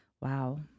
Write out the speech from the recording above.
Wow